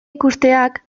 ikusteak